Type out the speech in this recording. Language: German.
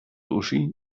uschi